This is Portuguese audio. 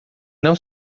não